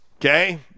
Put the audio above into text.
okay